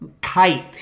kite